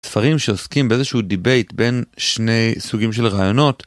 ספרים שעוסקים באיזשהו דיבייט בין שני סוגים של רעיונות